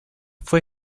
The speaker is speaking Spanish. fue